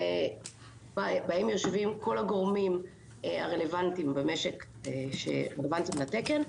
שבאים ויושבים כל הגורמים הרלוונטיים במשק שרלוונטי לתקן,